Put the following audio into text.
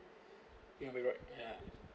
you maybe right ya